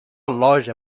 loja